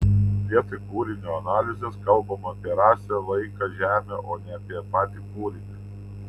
vietoj kūrinio analizės kalbama apie rasę laiką žemę o ne apie patį kūrinį